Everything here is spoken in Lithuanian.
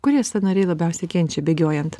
kurie sąnariai labiausiai kenčia bėgiojant